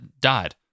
died